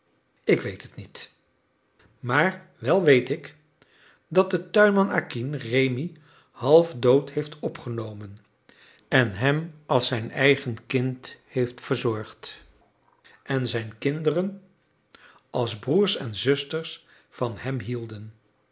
ik weet het niet maar wel weet ik dat de tuinman acquin rémi halfdood heeft opgenomen en hem als zijn eigen kind heeft verzorgd en zijn kinderen als broers en zusters van hem hielden